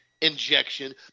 injection